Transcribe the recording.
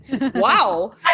Wow